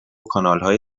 کانالهای